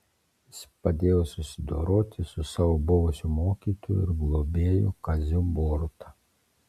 jis padėjo susidoroti su savo buvusiu mokytoju ir globėju kaziu boruta